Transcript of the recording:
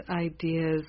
ideas